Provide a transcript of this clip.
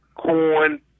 corn